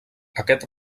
aquest